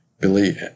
Billy